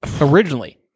originally